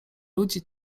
ludzi